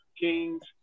Kings